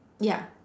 ya